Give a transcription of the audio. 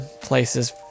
places